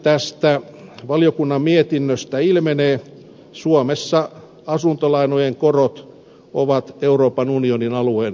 kuten valiokunnan mietinnöstä ilmenee suomessa asuntolainojen korot ovat euroopan unionin alueen alhaisimmat